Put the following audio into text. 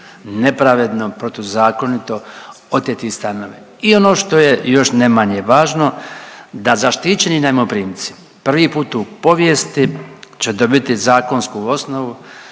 nepravedno, protuzakonito oteti stanovi. I ono što je još ne manje važno da zaštićeni najmoprimci prvi put u povijesti će dobiti zakonsku osnovu